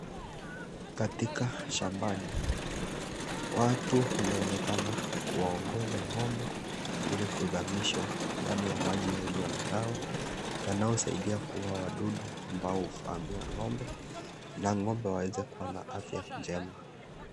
Katika shambani, watu wanaonekana kuwaongoza ng'ombe ili kuzamishwa ndani ya maji yaliyo na dawa. Yanayosaidia kuua wadudu ambao huvamia ng'ombe na ng'ombe waweze kuwa na afya njema.